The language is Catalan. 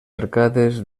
arcades